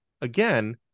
again